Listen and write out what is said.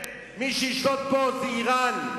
מי שישלוט פה זה אירן,